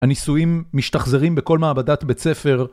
הניסויים משתחזרים בכל מעבדת בית ספר